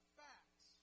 facts